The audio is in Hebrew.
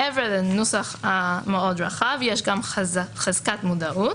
מעבר לנוסח המאוד רחב יש גם חזקת מודעות,